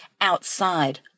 outside